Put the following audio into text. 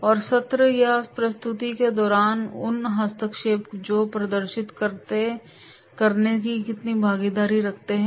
और सत्र या प्रस्तुति के दौरान उन हस्तक्षेप जो प्रदर्शित करेंगे कि कितनी भागीदारी है